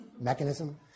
mechanism